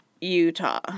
Utah